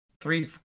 three